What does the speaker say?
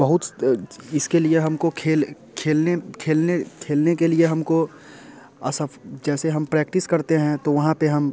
बहुत इसके लिए हमको खेल खेलने खेलने खेलने के लिए हमको जैसे हम प्रैक्टिस करते हैं तो वहाँ पे हम